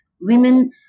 women